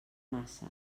massa